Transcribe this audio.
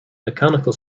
mechanical